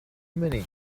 many